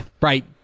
Right